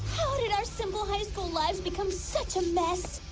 how did our simple highschool life becomes such a mess